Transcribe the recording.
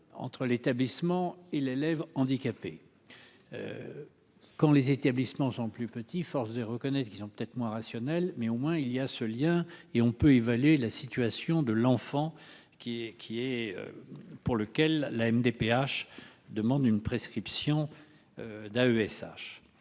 entre l'établissement et l'élève handicapé quand les établissements sont plus petits, force des reconnaissent qu'ils sont peut-être moins rationnel, mais au moins il y a ce lien et on peut évaluer la situation de l'enfant qui est, qui est, pour lequel la MDPH demande une prescription d'AESH